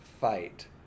fight